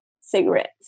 cigarettes